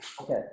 Okay